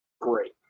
great